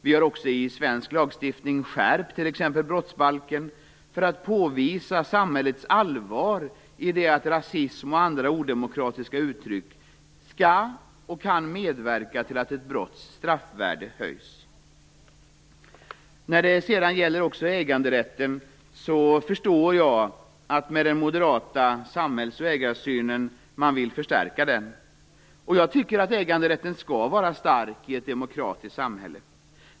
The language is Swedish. Vi har också i svensk lagstiftning skärpt t.ex. brottsbalken för att påvisa samhällets allvar i att rasism och andra odemokratiska uttryck skall och kan medverka till att ett brotts straffvärde höjs. När det sedan gäller äganderätten förstår jag att man med den moderata samhälls och ägarsynen vill förstärka den. Jag tycker att äganderätten skall vara stark i ett demokratiskt samhälle.